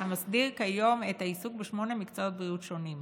המסדיר כיום את העיסוק בשמונה מקצועות בריאות שונים: